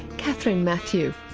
kathryn matthew.